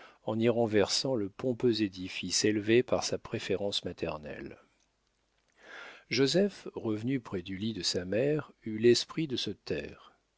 en y renversant le pompeux édifice élevé par sa préférence maternelle joseph revenu près du lit de sa mère eut l'esprit de se taire